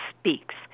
speaks